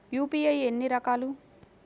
UPI ఎన్ని రకాలు?